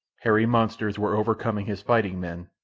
hairy monsters were overcoming his fighting men,